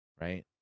right